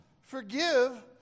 forgive